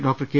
doctor K